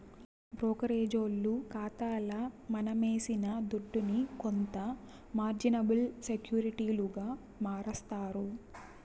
బ్రోకరేజోల్లు కాతాల మనమేసిన దుడ్డుని కొంత మార్జినబుల్ సెక్యూరిటీలుగా మారస్తారు